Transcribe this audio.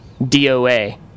DOA